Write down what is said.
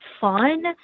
fun